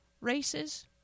races